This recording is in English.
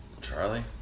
Charlie